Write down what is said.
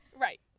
Right